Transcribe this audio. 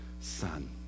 son